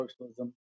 socialism